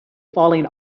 falling